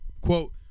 Quote